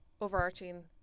overarching